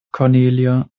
cornelia